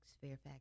Fairfax